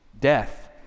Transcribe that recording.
death